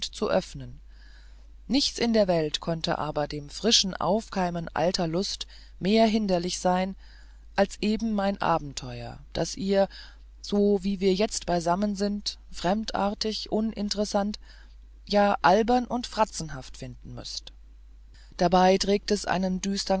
zu öffnen nichts in der welt könnte aber dem frischen aufkeimen alter lust mehr hinderlich sein als eben mein abenteuer das ihr so wie wir jetzt beisammen sind fremdartig uninteressant ja albern und fratzenhaft finden müßt dabei trägt es einen düstern